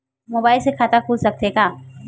Mobile से खाता खुल सकथे का?